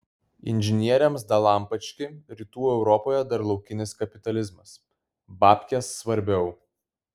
inžinieriams dalampački rytų europoje dar laukinis kapitalizmas babkės svarbiau